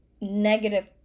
negative